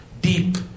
deep